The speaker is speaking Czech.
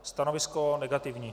Stanovisko negativní.